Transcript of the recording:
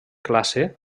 classe